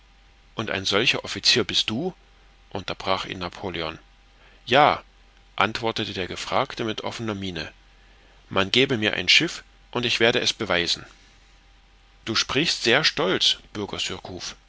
und ein solcher offizier bist du unterbrach ihn napoleon ja antwortete der gefragte mit offener miene man gebe mir ein schiff und ich werde es beweisen du sprichst sehr stolz bürger